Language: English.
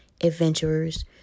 adventurers